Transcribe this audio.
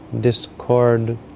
discord